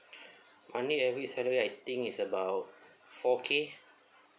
monthly average salary I think is about four K